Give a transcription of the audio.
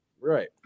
Right